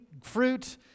fruit